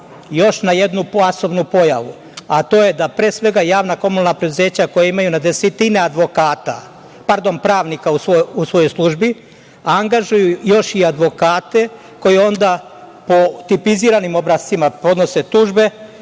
još na jednu plasovnu pojavu, a to je da, pre svega, javna komunalna preduzeća koja imaju na desetine advokata, pardon pravnika, u svojoj službi angažuju još i advokate koji onda po tipiziranim obrascima podnose tužbe